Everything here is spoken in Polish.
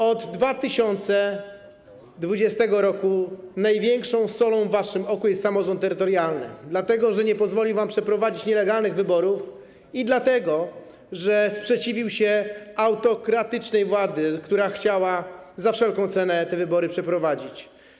Od 2020 r. solą w waszym oku jest samorząd terytorialny, dlatego że nie pozwolił wam przeprowadzić nielegalnych wyborów i sprzeciwił się autokratycznej władzy, która chciała za wszelką cenę te wybory przeprowadzić.